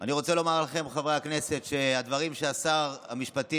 אני רוצה לומר לכם שהדברים ששר המשפטים,